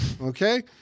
Okay